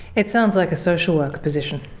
it sounds like a social worker position.